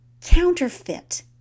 counterfeit